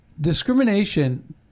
Discrimination